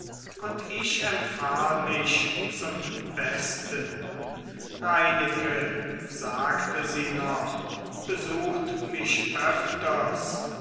und ich empfahl mich zum besten reineke sagte sie noch besucht mich öfters